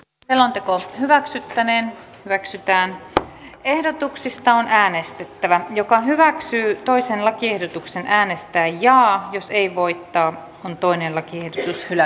ap tela joka hyväksyttäneen hyväksytään ensin on äänestettävä joko hyväksyy toisen lakiehdotuksen äänestää jaa jos ei voittoon on toinen ja kiihdytys kyllä